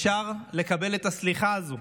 אפשר לקבל את הסליחה הזו.